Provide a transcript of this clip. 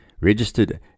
registered